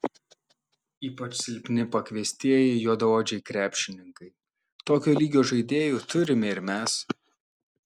ypač silpni pakviestieji juodaodžiai krepšininkai tokio lygio žaidėjų turime ir mes